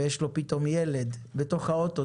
יש לו פתאום ילד בתוך האוטו,